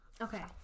Okay